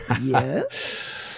yes